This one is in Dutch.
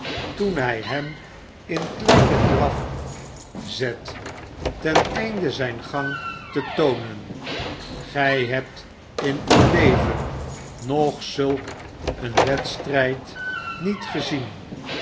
toen hij hem in kleinen draf zet ten einde zijn gang te toonen gij hebt in uw leven nog zulk een wedstrijd niet gezien